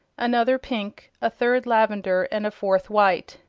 another pink, a third lavender and a fourth white.